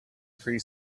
three